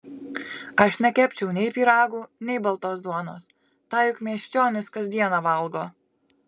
aš nekepčiau nei pyragų nei baltos duonos tą juk miesčionys kas dieną valgo